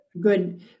good